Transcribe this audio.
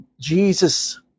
Jesus